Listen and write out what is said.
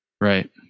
Right